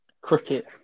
cricket